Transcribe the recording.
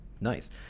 nice